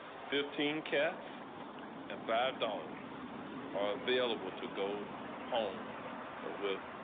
fifteen cats and five dogs. all available to go home ah with